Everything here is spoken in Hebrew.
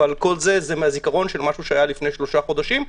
אבל כל זה מהזיכרון של משהו שהיה לפני שלושה חודשים.